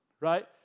right